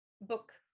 book